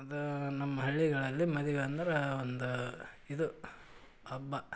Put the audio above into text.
ಅದು ನಮ್ಮ ಹಳ್ಳಿಗಳಲ್ಲಿ ಮದಿವೆ ಅಂದ್ರೆ ಒಂದು ಇದು ಹಬ್ಬ